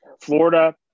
Florida